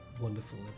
wonderful